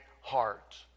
heart